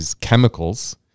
chemicals